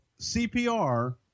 CPR